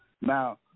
Now